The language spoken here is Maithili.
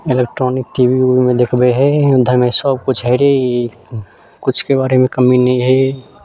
इलेक्ट्रॉनिक टी वी उबीमे देखबै हय इधर सबकुछ हय किछुके बारेमे कमी नहि हय